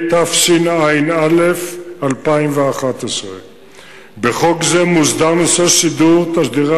התשע"א 2011. בחוק זה מוסדר נושא שידור תשדירי